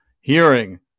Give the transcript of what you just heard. hearing